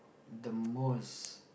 the most